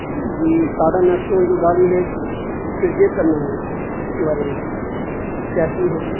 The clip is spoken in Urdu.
جی ٹاٹا نیکسون جو گاڑی ہے پرچیز کرنا ہے اس کے بارے میں کیسی ہے